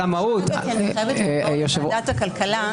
אני חייבת ללכת לוועדת הכלכלה.